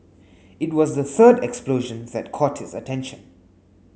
it was the third explosion that caught his attention